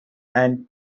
and